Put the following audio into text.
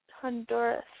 Honduras